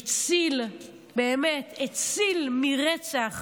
הציל, באמת, הציל מרצח